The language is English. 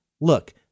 look